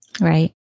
right